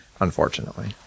unfortunately